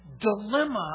dilemma